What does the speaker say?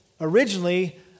originally